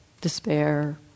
despair